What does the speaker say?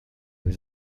was